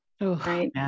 right